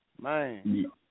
Man